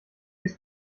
ist